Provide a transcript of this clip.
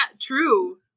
true